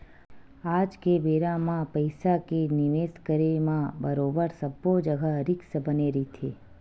आज के बेरा म पइसा के निवेस करे म बरोबर सब्बो जघा रिस्क बने रहिथे